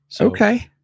Okay